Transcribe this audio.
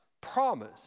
promise